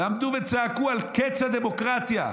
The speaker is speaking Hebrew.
ועמדו וצעקו על קץ הדמוקרטיה.